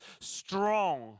strong